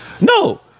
No